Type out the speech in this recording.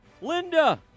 Linda